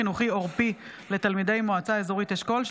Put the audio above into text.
חינוכי עורפי לתלמידי מועצה אזורית אשכול.